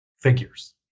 figures